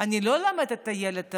אני לא אלמד את הילד הזה,